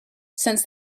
since